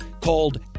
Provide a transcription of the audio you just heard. called